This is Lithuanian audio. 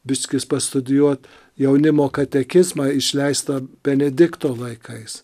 biškį pastudijuot jaunimo katekizmą išleistą benedikto laikais